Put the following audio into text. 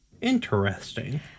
Interesting